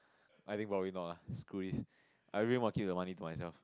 I think probably not lah screw this I really want to keep the money to myself